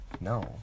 No